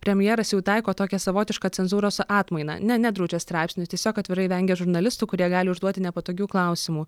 premjeras jau taiko tokią savotišką cenzūros atmainą ne nedraudžia straipsnių tiesiog atvirai vengia žurnalistų kurie gali užduoti nepatogių klausimų